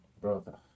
brother